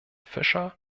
fischer